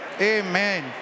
amen